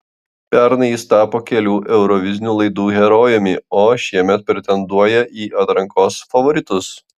pernai jis tapo kelių eurovizinių laidų herojumi o šiemet pretenduoja į atrankos favoritus